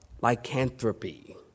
lycanthropy